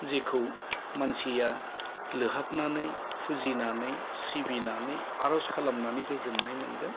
जेखौ मानसिया लोहाबनानै फुजिनानै सिबिनानै आर'ज खालामनानै गोजोननाय मोनगोन